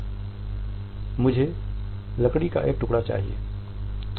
"मुझे लकड़ी का एक टुकड़ा चाहिए"